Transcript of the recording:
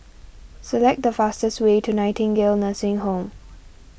select the fastest way to Nightingale Nursing Home